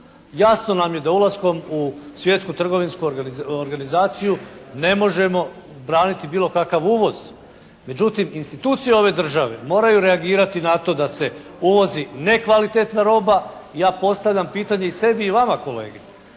Jasno nam je da ulaskom u Svjetsku trgovinsku organizaciju ne možemo braniti bilo kakav uvoz. Međutim, institucije ove države moraju reagirati na to da se uvoz nekvalitetna roba. Ja postavljam pitanje i sebi i vama kolege,